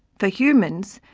for humans,